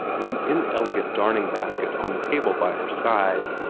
with an inelegant darning-basket on the table by her side.